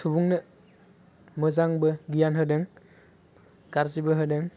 सुबुंनो मोजांबो गियान होदों गाज्रिबो होदों